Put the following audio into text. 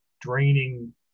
draining